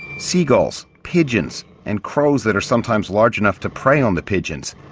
seagulls, pigeons and crows that are sometimes large enough to prey on the pigeons.